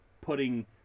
putting